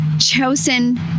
chosen